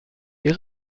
est